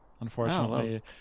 unfortunately